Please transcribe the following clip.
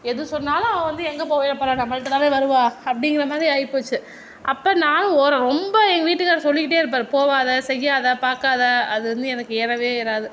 எது சொன்னாலும் அவள் வந்து எங்கே போய்விட போறாள் நம்மகிட்ட தான் வருவாள் அப்படிங்கிற மாதிரி ஆகிப்போச்சி அப்போ நானும் ரொம்ப என் விட்டுக்காரரு சொல்லிக்கிட்டே இருப்பார் போகாத செய்யாதே பாக்காதே அது வந்து எனக்கு ஏறவே ஏறாது